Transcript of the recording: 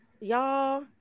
y'all